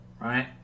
right